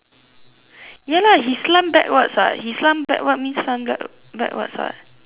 ya lah he slant backwards [what] he slant backward means slant back backwards [what]